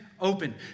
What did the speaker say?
Open